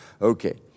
Okay